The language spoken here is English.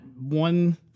one